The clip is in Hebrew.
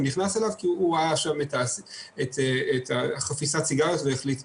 ונכנסות הוראות שקשורות גם לחוק הספציפי של איסור